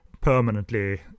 permanently